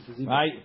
Right